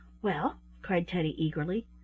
well, cried teddy, eagerly,